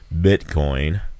Bitcoin